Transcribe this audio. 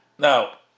Now